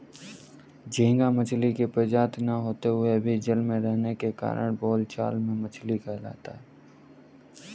झींगा मछली की प्रजाति न होते हुए भी जल में रहने के कारण बोलचाल में मछली कहलाता है